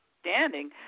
standing